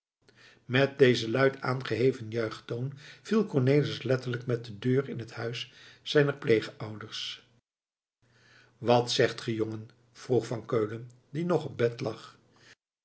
met dezen luid aangeheven juichtoon viel cornelis letterlijk met de deur in het huis zijner pleegouders wat zegt ge jongen vroeg van keulen die nog op bed lag